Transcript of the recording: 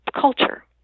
culture